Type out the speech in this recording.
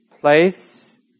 place